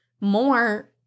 more